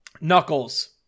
Knuckles